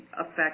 affect